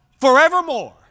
forevermore